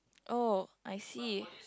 oh I see